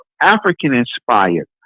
African-inspired